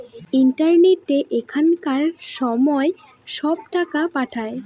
ইন্টারনেটে এখনকার সময় সব টাকা পাঠায়